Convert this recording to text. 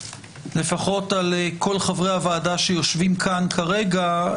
לפחות על כול חברי הוועדה שיושבים כאן כרגע,